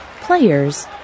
players